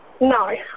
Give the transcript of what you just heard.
No